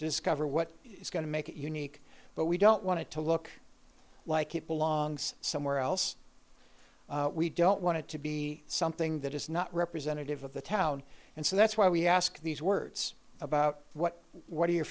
discover what is going to make it unique but we don't want to look like it belongs somewhere else we don't want it to be something that is not representative of the town and so that's why we ask these words about what what are your